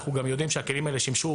אנחנו גם יודעים שהכלים האלה שימשו